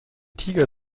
tiger